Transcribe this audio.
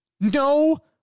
No